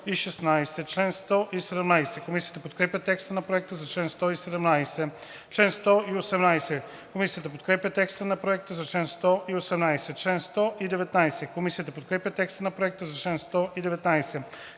Комисията подкрепя текста на Проекта за чл. 128.